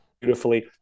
beautifully